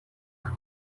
اشنا